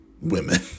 women